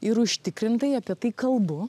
ir užtikrintai apie tai kalbu